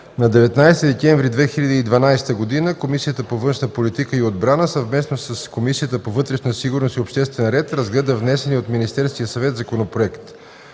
„На 19 декември 2012 г. Комисията по външна политика и отбрана, съвместно с Комисията по вътрешна сигурност и обществен ред, разгледа внесения от Министерския съвет законопроект.